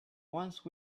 once